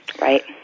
Right